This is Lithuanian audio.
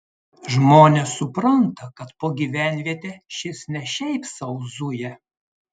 žmonės supranta kad po gyvenvietę šis ne šiaip sau zuja